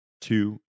two